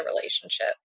relationship